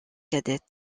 cadette